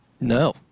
no